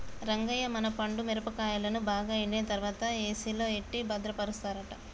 రంగయ్య మన పండు మిరపకాయలను బాగా ఎండిన తర్వాత ఏసిలో ఎట్టి భద్రపరుస్తారట